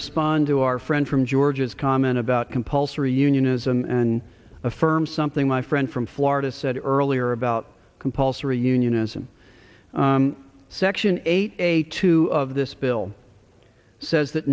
respond to our friend from george's comment about compulsory unionism and affirm something my friend from florida said earlier about compulsory unionism section eighty eight two of this bill says that